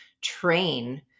train